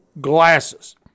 glasses